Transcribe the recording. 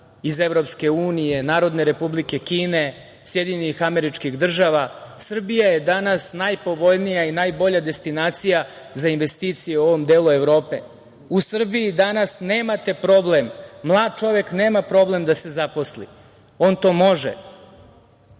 istoka iz EU, Narodne Republike Kine, SAD. Srbija je danas najpovoljnija i najbolja destinacija za investicije u ovom delu Evrope.U Srbiji danas nemate problem, mlad čovek nema problem da se zaposli. On to može.